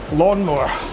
lawnmower